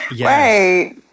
Right